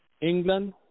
England